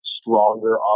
stronger